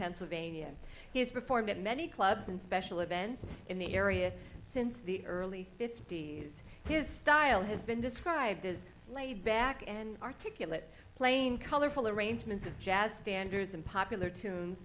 pennsylvania he has performed at many clubs and special events in the area since the early fifty's his style has been described as laid back and articulate plain colorful arrangements of jazz standards and popular tune